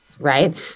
Right